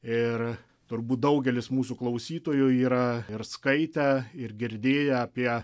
ir turbūt daugelis mūsų klausytojų yra ir skaitę ir girdėję apie